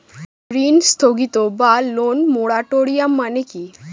ঋণ স্থগিত বা লোন মোরাটোরিয়াম মানে কি?